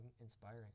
inspiring